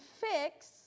fix